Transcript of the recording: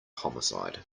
homicide